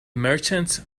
merchants